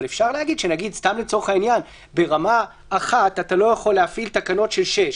אבל אפשר להגיד לצורך העניין שברמה 1 אתה לא יכול להפעיל תקנות של 6,